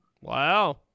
Wow